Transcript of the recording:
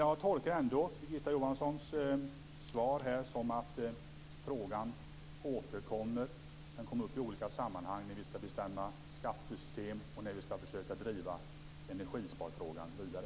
Jag tolkar ändå Birgitta Johanssons svar som att frågan återkommer. Den kommer upp i olika sammanhang när vi skall bestämma skattesystem och när vi skall försöka driva energisparfrågan vidare.